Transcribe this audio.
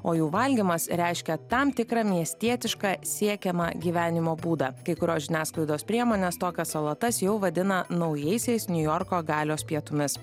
o jų valgymas reiškia tam tikrą miestietišką siekiamą gyvenimo būdą kai kurios žiniasklaidos priemones tokias salotas jau vadina naujaisiais niujorko galios pietumis